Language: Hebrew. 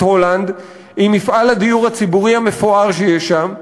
את הולנד עם מפעל הדיור הציבורי המפואר שיש שם,